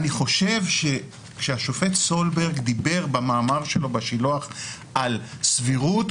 אני חושב שהשופט סולברג דיבר במאמר שלו בשילוח על סבירות,